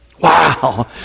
Wow